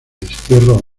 destierro